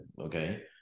Okay